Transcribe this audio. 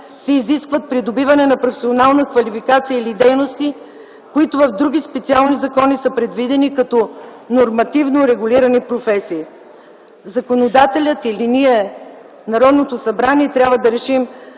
се изисква придобиване на професионална квалификация или дейности, които в други специални закони са предвидени като нормативно регулирани професии. Законодателят или ние, Народното събрание, трябва да решим